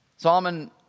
Solomon